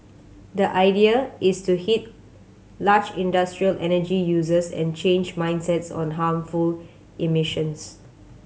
the idea is to hit large industrial energy users and change mindsets on harmful emissions